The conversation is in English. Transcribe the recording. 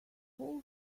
four